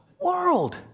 world